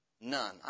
None